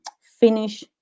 finish